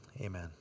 Amen